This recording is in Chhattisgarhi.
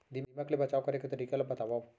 दीमक ले बचाव करे के तरीका ला बतावव?